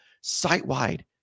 site-wide